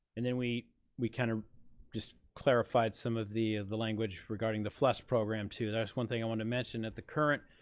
and then we we kind of just clarified some of the the language regarding the flex program too. that was one thing i wanna mention, that the current